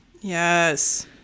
Yes